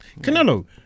Canelo